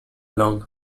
lawn